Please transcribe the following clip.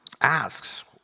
asks